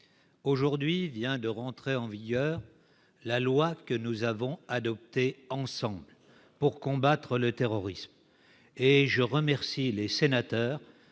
Aujourd'hui, vient d'entrer en vigueur la loi que nous avons adoptée ensemble pour combattre le terrorisme. Je veux remercier les sénateurs